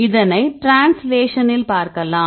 இதனை டிரான்ஸ்லேஷனில் பார்க்கலாம்